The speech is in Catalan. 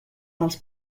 dels